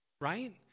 Right